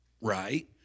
right